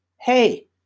Hey